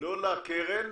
לא לקרן,